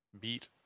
beat